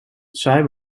zij